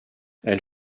elle